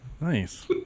Nice